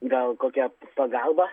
gal kokia pagalba